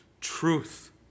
truth